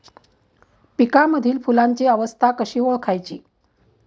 पिकांमधील फुलांची अवस्था कशी ओळखायची?